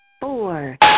Four